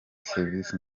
serivisi